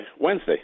Wednesday